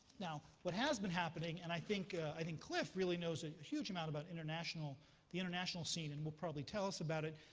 now, what has been happening, and i think i think cliff really knows a huge amount about the international scene and will probably tell us about it,